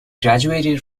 graduated